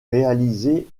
réalisé